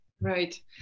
Right